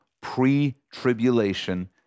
pre-tribulation